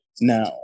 now